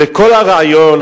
וכל הרעיון,